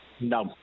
no